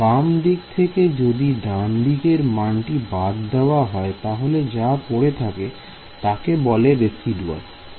বাম দিক থেকে যদি ডানদিকের মানটি বাদ দেওয়া যায় তাহলে যা পড়ে থাকে তাকে বলে রেসিডুয়াল